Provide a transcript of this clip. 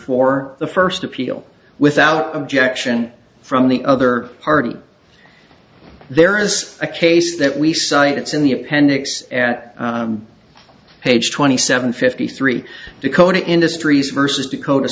first appeal without objection from the other party there is a case that we cite it's in the appendix at page twenty seven fifty three dakota industries versus dakota